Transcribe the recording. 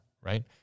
right